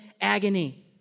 agony